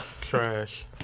trash